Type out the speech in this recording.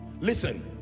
Listen